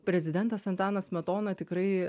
prezidentas antanas smetona tikrai